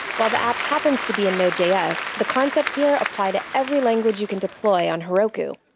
while the app happens to be in node js, the concepts here apply to every language you can deploy on heroku.